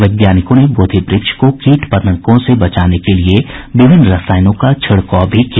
वैज्ञानिकों ने बोधिव्रक्ष को कीट पतंगों से बचाने के लिये विभिन्न रसायनों का छिड़काव भी किया